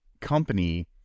company